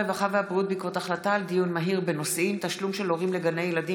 הרווחה והבריאות בעקבות דיון מהיר בהצעתם של חברי הכנסת הילה שי וזאן